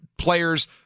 players